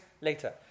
later